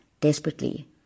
Desperately